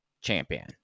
champion